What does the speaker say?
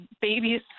babies